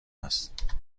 است